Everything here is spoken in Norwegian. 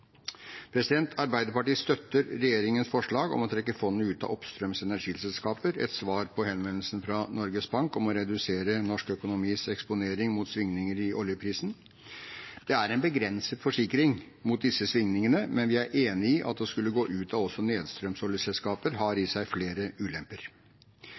Arbeiderpartiet støtter regjeringens forslag om å trekke fondet ut av oppstrøms energiselskaper, et svar på henvendelsen fra Norges Bank om å redusere norsk økonomis eksponering mot svingninger i oljeprisen. Det er en begrenset forsikring mot disse svingningene, men vi er enig i at å skulle gå ut av også nedstrøms oljeselskaper har